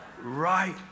Right